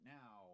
now